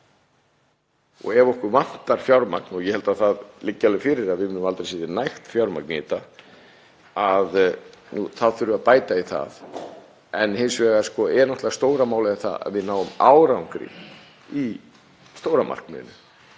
Ef okkur vantar fjármagn, og ég held að það liggi alveg fyrir að við munum aldrei setja nægt fjármagn í þetta, þá þurfum við að bæta í. Hins vegar er náttúrlega stóra málið að við náum árangri í stóra markmiðinu